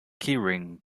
keyring